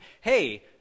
hey